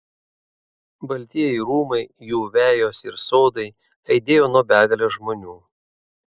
baltieji rūmai jų vejos ir sodai aidėjo nuo begalės žmonių